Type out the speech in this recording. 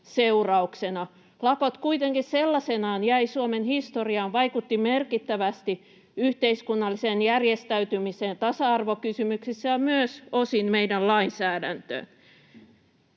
Lakot kuitenkin sellaisinaan jäivät Suomen historiaan sekä vaikuttivat merkittävästi yhteiskunnalliseen järjestäytymiseen tasa-arvokysymyksissä ja myös osin meidän lainsäädäntöömme.